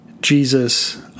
Jesus